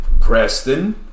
Preston